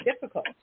difficult